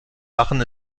lachen